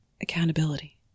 Accountability